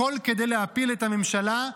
הכול כדי להפיל את הממשלה,